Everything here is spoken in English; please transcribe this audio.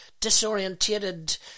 disorientated